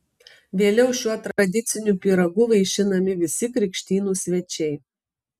vėliau šiuo tradiciniu pyragu vaišinami visi krikštynų svečiai